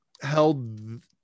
Held